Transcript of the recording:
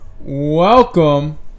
Welcome